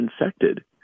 infected